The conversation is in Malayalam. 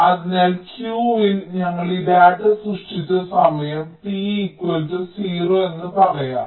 അതിനാൽ Q ൽ ഞങ്ങൾ ഈ ഡാറ്റ സൃഷ്ടിച്ച സമയം t 0 എന്ന് പറയാം